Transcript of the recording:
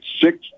six